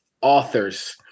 authors